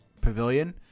pavilion